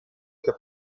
che